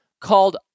called